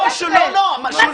לא, לא, שולי.